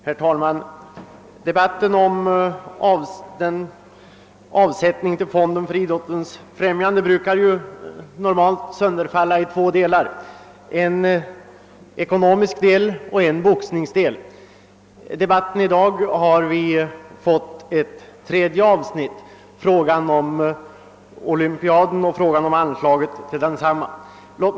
Herr talman! Debatten om avsättningen till fonden för idrottens främjande sönderfaller i regel i två delar: en ekonomisk del och en boxningsdel. I debatten i dag har vi fått ett tredje avsnitt: frågan om olympiaden och anslaget till densamma.